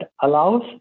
allows